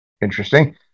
interesting